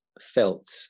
felt